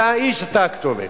אתה האיש, אתה הכתובת.